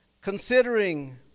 Considering